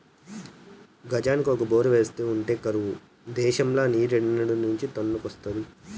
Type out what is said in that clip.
గజానికి ఒక బోరేస్తా ఉంటే కరువు దేశంల నీరేడ్నుంచి తన్నుకొస్తాది